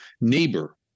neighbor